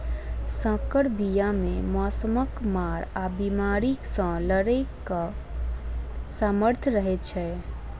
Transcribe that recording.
सँकर बीया मे मौसमक मार आ बेमारी सँ लड़ैक सामर्थ रहै छै